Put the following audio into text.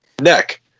neck